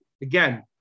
Again